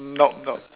nope nope